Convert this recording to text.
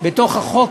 בתוך החוק